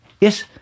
yes